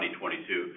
2022